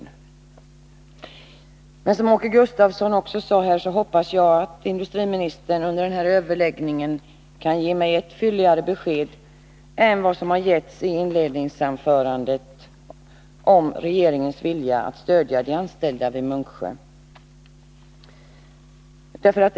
I likhet med Åke Gustavsson hoppas jag att industriministern under den här överläggningen kan ge mig ett fylligare besked än vad som har lämnats i svaret om regeringens vilja att stödja de anställda vid Munksjö.